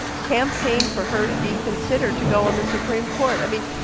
campaigned for her to be considered to go on the supreme court. i mean,